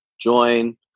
join